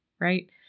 right